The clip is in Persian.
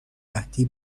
قحطی